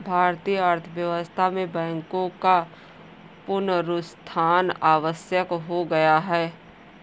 भारतीय अर्थव्यवस्था में बैंकों का पुनरुत्थान आवश्यक हो गया है